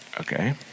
Okay